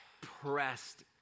pressed